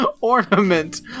ornament